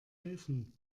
helfen